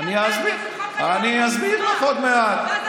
אז בבקשה,